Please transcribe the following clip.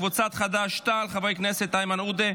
קבוצת סיעת חד"ש-תע"ל: חברי הכנסת איימן עודה,